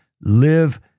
live